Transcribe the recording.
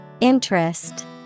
interest